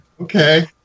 Okay